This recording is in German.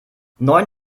neun